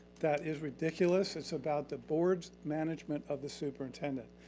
that is ridiculous. it's about the board's management of the superintendent.